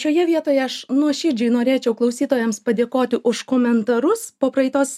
šioje vietoje aš nuoširdžiai norėčiau klausytojams padėkoti už komentarus po praeitos